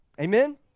amen